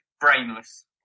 brainless